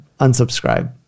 Unsubscribe